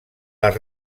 les